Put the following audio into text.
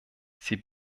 sie